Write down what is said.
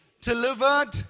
delivered